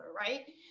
right